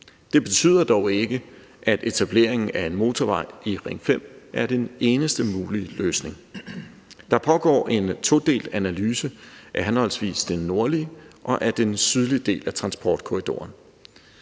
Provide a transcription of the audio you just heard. Det betyder dog ikke, at etableringen af en motorvej i Ring 5 er den eneste mulige løsning. Der pågår en todelt analyse af henholdsvis den nordlige og den sydlige del af transportkorridoren.